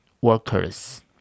workers